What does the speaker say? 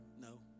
no